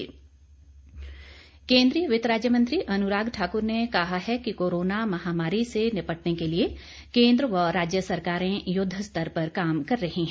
अनुराग ठाकुर केन्द्रीय वित्त राज्य मंत्री अनुराग ठाकुर ने कहा है कि कोरोना महामारी से निपटने के लिए केंद्र व राज्य सरकारें युद्ध स्तर पर काम कर रही हैं